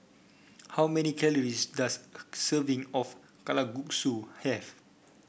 how many calories does serving of Kalguksu have